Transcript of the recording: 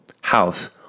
house